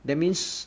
that means